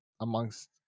amongst